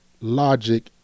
logic